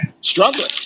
struggling